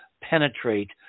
penetrate